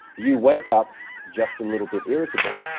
you wake up just a little bit irritable.